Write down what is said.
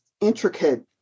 intricate